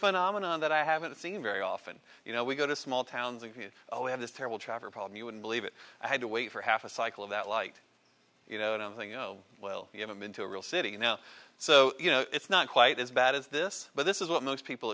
phenomenon that i haven't seen very often you know we go to small towns and we had this terrible traffic problem you wouldn't believe it i had to wait for half a cycle of that light you know nothing you know well you haven't been to a real city now so you know it's not quite as bad as this but this is what most people